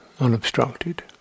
unobstructed